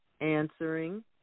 answering